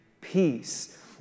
Peace